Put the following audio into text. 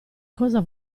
cosa